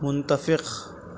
متفق